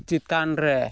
ᱪᱮᱛᱟᱱᱨᱮ